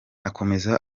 akomeza